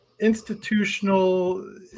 institutional